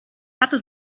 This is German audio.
hatte